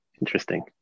Interesting